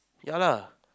ya lah